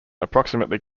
approximately